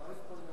חברת הכנסת וילף,